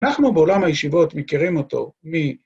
אנחנו בעולם הישיבות מכירים אותו מ...